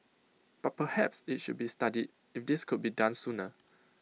but perhaps IT should be studied if this could be done sooner